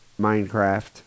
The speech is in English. Minecraft